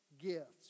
gifts